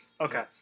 Okay